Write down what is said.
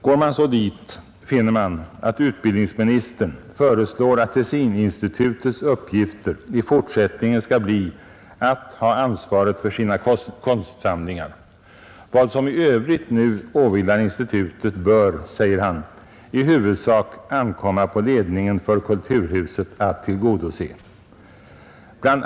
Går man så dit, finner man att utbildningsministern föreslår att Tessininstitutets uppgift i fortsättningen skall bli att ha ansvaret för sina konstsamlingar. Vad som i övrigt nu åvilar institutet bör — säger han — i huvudsak ankomma på ledningen för kulturhuset att tillgodose. Bl.